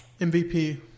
MVP